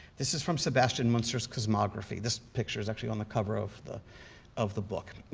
this is from sebastian munster's cosmography. this picture is actually on the cover of the of the book.